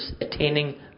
attaining